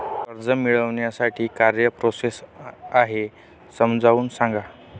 कर्ज मिळविण्यासाठी काय प्रोसेस आहे समजावून सांगा